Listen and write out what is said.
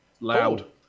Loud